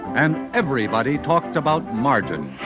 and everybody talked about margins.